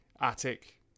attic